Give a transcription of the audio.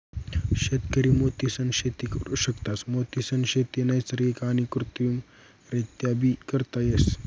शेतकरी मोतीसनी शेती करु शकतस, मोतीसनी शेती नैसर्गिक आणि कृत्रिमरीत्याबी करता येस